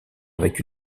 avec